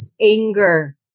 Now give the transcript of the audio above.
anger